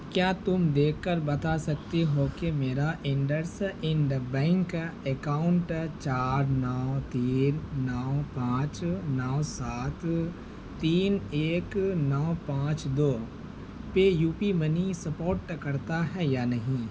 کیا تم دیکھ کر بتا سکتے ہو کہ میرا انڈس انڈ بینک اکاؤنٹ چار نو تین نو پانچ نو سات تین ایک نو پانچ دو پے یو پی منی سپوٹ کرتا ہے یا نہیں